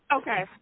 Okay